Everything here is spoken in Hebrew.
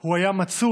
הוא היה מצוי